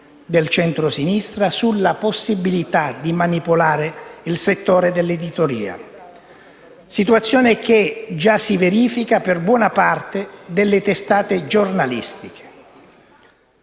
del centrosinistra sulla possibilità di manipolare il settore dell'editoria, situazione che già si verifica per buona parte delle testate giornalistiche.